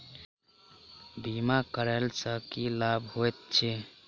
बीमा करैला सअ की लाभ होइत छी?